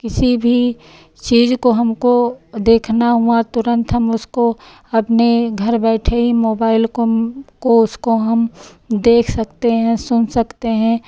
किसी भी चीज़ को हमको देखना हुआ तुरंत हम उसको अपने घर बैठे ही मोबाइल को हमको उसको हम देख सकते हैं सुन सकते हैं